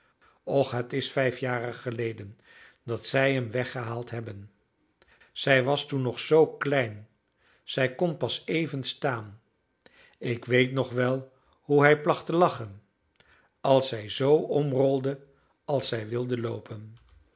och het is vijf jaren geleden dat zij hem weggehaald hebben zij was toen nog zoo klein zij kon pas even staan ik weet nog wel hoe hij placht te lachen als zij zoo omrolde als zij wilde loopen